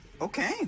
Okay